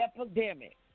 epidemic